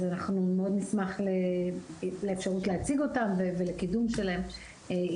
אנחנו מאוד נשמח לאפשרות להציג אותם ולקידום שלהם.